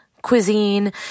cuisine